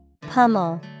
Pummel